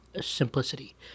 simplicity